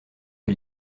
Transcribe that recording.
que